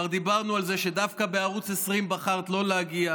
כבר דיברנו על זה שבחרת לא להגיע